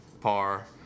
par